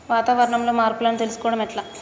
వాతావరణంలో మార్పులను తెలుసుకోవడం ఎట్ల?